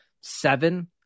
seven